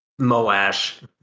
Moash